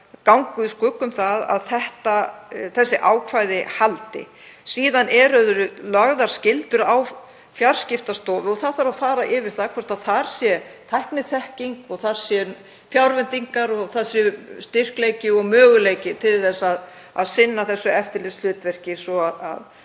ganga úr skugga um að þessi ákvæði haldi. Síðan eru lagðar skyldur á Fjarskiptastofu og það þarf að fara yfir það hvort þar sé tækniþekking, þar séu fjárveitingar og það sé styrkleiki og möguleiki til að sinna þessu eftirlitshlutverki svo að